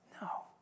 No